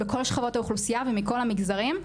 בכל שכבות האוכלוסייה ומכל המגזרים.